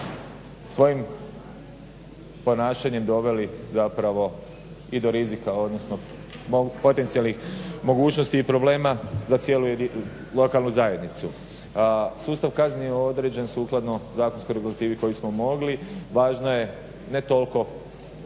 svojim ponašanjem doveli, zapravo i do rizika, odnosno potencijalnih mogućnosti i problema za cijelu lokalnu zajednicu. Sustav kazni je određen sukladno zakonskoj regulativi koju smo mogli, važno je, ne toliko,